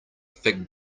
fig